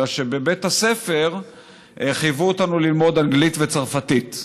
אלא שבבית הספר חייבו אותנו ללמוד אנגלית וצרפתית.